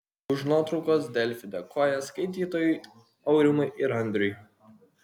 už nuotraukas delfi dėkoja skaitytojui aurimui ir andriui